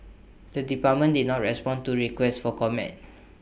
the department did not respond to requests for comment